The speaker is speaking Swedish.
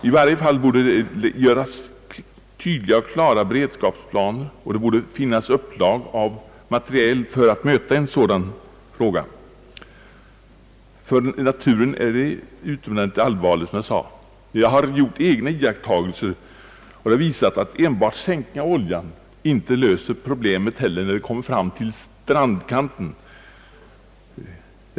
I varje fall borde tydliga och klara beredskapsplaner uppgöras och upplag av materiel borde finnas för att kunna möta en eventuell olycka av detta slag. Detta är alltså, såsom jag nämnt, en utomordentligt allvarlig fråga även ur naturvårdssynpunkt. Jag har gjort en del egna iakttagelser, och jag har funnit att en sänkning och övertäckning av oljan inte löser problemet i strandkanterna.